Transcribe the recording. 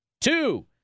Two